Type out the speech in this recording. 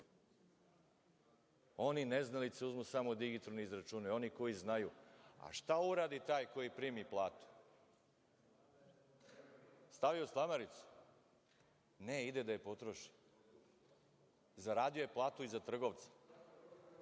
One neznalice uzmu samo digitron i izračunaju, oni koji znaju. A šta uradi taj koji primi platu? Stavi u slamaricu? Ne, ide da je potroši. Zaradio je platu i za trgovca.